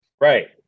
Right